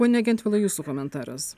pone gentvilai jūsų komentaras